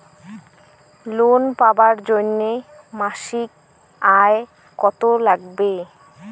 Loan পাবার জন্যে মাসিক আয় কতো লাগবে?